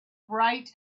bright